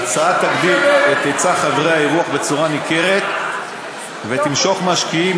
תגדיל את היצע חדרי האירוח במידה ניכרת ותמשוך משקיעים